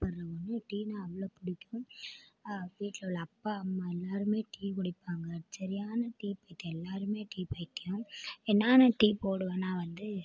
சாப்பிடுகிற ஒன்று டீன்னால் அவ்வளோ பிடிக்கும் வீட்டில் உள்ள அப்பா அம்மா எல்லாேருமே டீ குடிப்பாங்க சரியான டீ பைத்தியம் எல்லாேருமே டீ பைத்தியம் நானும் டீ போடுவேன் நான் வந்து